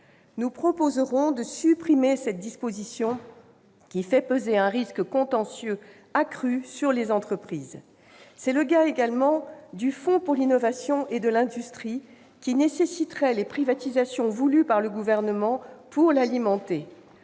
Nous proposerons de supprimer cette disposition, qui fait peser sur les entreprises un risque contentieux accru. C'est le cas, également, du fonds pour l'innovation et l'industrie, qui nécessiterait les privatisations voulues par le Gouvernement pour l'alimenter.